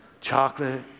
Chocolate